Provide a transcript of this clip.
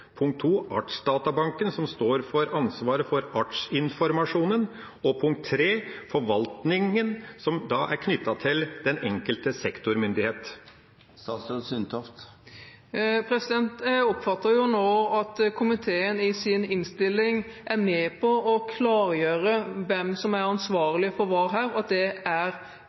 punkt 2 – den som sitter med ansvaret for artsinformasjonen, og forvaltningen – punkt 3 – som er knyttet til den enkelte sektormyndighet? Jeg oppfatter at komiteen i sin innstilling er med på å klargjøre hvem som er ansvarlig for hva, og det er